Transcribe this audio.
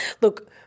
Look